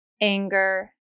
anger